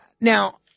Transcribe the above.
Now